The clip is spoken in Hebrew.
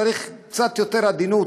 צריך קצת יותר עדינות,